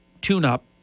tune-up